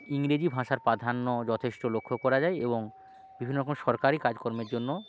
ইংরেজি ভাষার প্রাধান্য যথেষ্ট লক্ষ্য করা যায় এবং বিভিন্ন রকম সরকারী কাজকর্মের জন্য